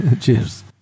cheers